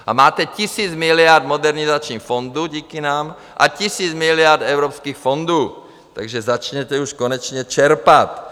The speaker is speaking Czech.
A máte tisíc miliard v Modernizačním fondu díky nám, a tisíc miliard evropských fondů, takže začněte už konečně čerpat!